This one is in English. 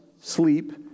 sleep